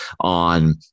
on